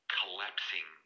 collapsing